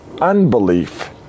unbelief